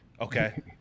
Okay